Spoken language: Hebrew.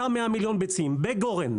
אותם 100 מיליון ביצים בגורן,